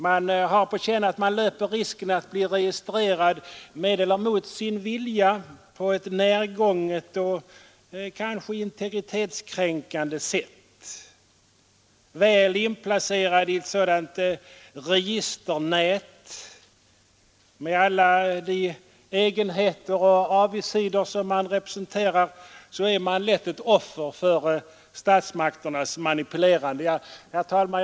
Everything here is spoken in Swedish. Man har på känn att man löper risken att bli registrerad — med eller mot sin vilja — på ett närgånget och kanske integritetskränkande sätt. Väl inplacerad i ett sådant registernät med alla de egenheter och avigsidor som man representerar är man lätt ett offer för statsmakternas manipulerande. Herr talman!